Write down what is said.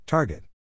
Target